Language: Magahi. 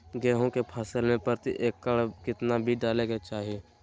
गेहूं के फसल में प्रति एकड़ कितना बीज डाले के चाहि?